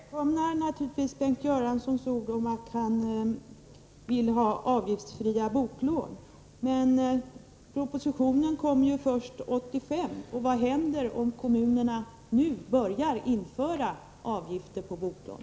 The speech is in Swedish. Fru talman! Jag välkomnar naturligtvis Bengt Göranssons ord att han vill ha avgiftsfria boklån. Men propositionen kommer ju först 1985 — vad händer om kommunerna nu börjar införa avgifter på boklån?